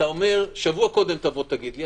אתה אומר: שבוע קודם תבוא ותגיד לי,